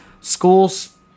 schools